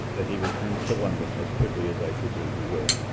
that he returns to london as quickly as i presume he will.